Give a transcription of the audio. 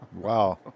Wow